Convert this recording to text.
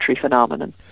phenomenon